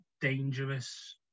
dangerous